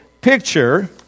picture